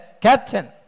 Captain